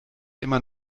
immer